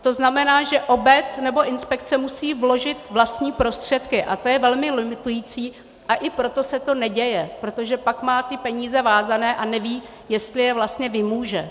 To znamená, že obec nebo inspekce musí vložit vlastní prostředky, a to je velmi limitující, a i proto se to neděje, protože pak má ty peníze vázané a neví, jestli je vlastně vymůže.